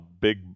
Big